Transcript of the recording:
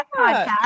podcast